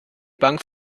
bank